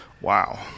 wow